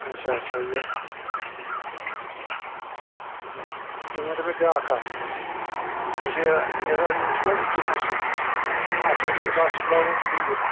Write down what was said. اچھا اچھا یہِ تُہۍ ؤنۍتَو مےٚ بیٛاکھ کَتھ یُس یہِ یَزارٕ چھُنہٕ حظ یہِ کِتھٕ کٔنۍ چھُ سُووُن اَتھ چھا حظ یہِ ایٚلاسٹِک لاگُن کِنہٕ ڈوٗر